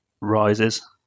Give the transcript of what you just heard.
rises